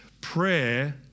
Prayer